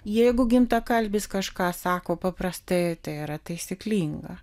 jeigu gimtakalbis kažką sako paprastai tai yra taisyklinga